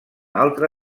altra